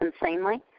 insanely